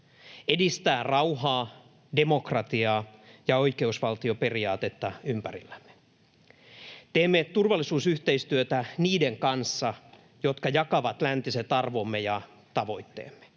edistää rauhaa, demokratiaa ja oikeusvaltioperiaatetta ympärillämme. Teemme turvallisuusyhteistyötä niiden kanssa, jotka jakavat läntiset arvomme ja tavoitteemme.